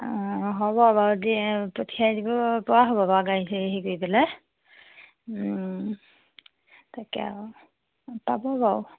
অ হ'ব বাৰু দিয়ে পঠিয়াই দিব পৰা হ'ব বাৰু গাড়ী চাৰি হেৰি কৰি পেলাই তাকে আৰু পাব বাৰু